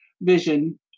vision